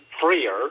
freer